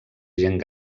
gent